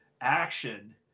action